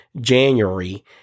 January